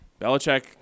Belichick